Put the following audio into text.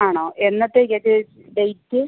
ആണോ എന്നത്തേക്കാണ് ചേച്ചി ഡെയ്റ്റ്